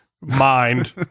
mind